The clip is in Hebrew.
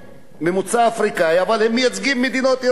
ממוצא אפריקני, אבל הם מייצגים מדינות באירופה.